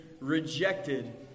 rejected